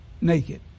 naked